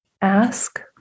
ask